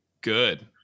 good